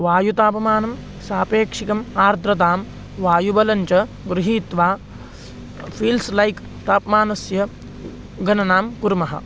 वायुतापमानं सापेक्षिकम् आर्द्रतां वायुबलं च गृहीत्वा फ़ील्स् लैक् तापमानस्य गणनां कुर्मः